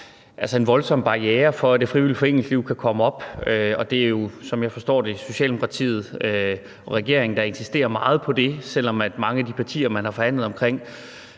er en voldsom barriere for, at det frivillige foreningsliv kan komme op. Og det er jo, som jeg forstår det, Socialdemokratiet og regeringen, der insisterer meget på det, selv om mange af de partier, man har forhandlet med,